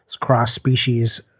cross-species